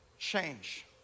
change